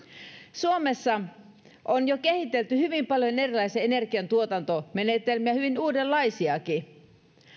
suomessa on jo kehitelty hyvin paljon erilaisia energiantuotantomenetelmiä hyvin uudenlaisiakin